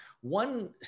one